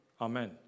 Amen